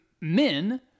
men